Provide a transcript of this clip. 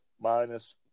minus